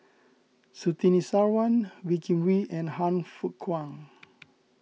Surtini Sarwan Wee Kim Wee and Han Fook Kwang